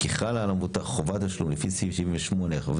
כי חלה על המבוטח חובת תשלום לפי סעיף 78כד(1),